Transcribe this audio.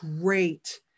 great